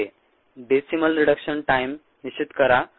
a decimal reduction time निश्चित करा